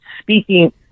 speaking